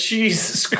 Jesus